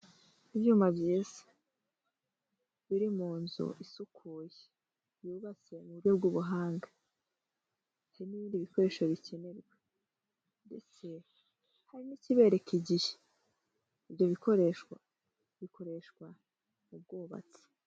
Ibyuma byiza biri mu nzu isukuye yubatse mu buryo bw'ubuhanga, n'ibindi bikoresho bikenewe ndetse hari n'ikibereka igihe, ibyo bikoresho bikoreshwa mu bwubatsi.